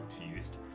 confused